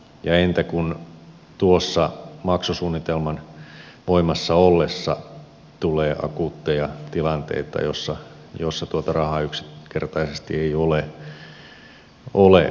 entä kun tuon maksusuunnitelman voimassa ollessa tulee akuutteja tilanteita joissa tuota rahaa yksinkertaisesti ei ole maksaa